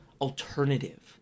alternative